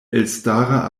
elstara